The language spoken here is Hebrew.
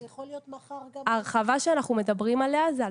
זה יכול להיות מחר גם --- ההרחבה שאנחנו מדברים עליה זה על